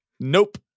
Nope